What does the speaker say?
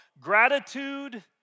Gratitude